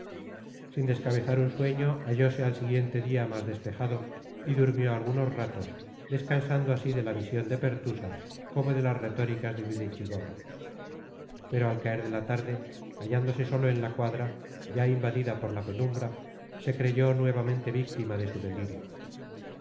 sin descabezar un sueño hallose al siguiente día más despejado y durmió algunos ratos descansando así de la visión de pertusa como de las retóricas de videchigorra pero al caer de la tarde hallándose solo en la cuadra ya invadida por la penumbra se creyó nuevamente víctima de su delirio